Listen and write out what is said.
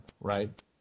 right